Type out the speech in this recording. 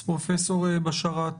פרופ' בשאראת,